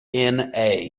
wna